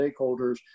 stakeholders